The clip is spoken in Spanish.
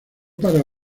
para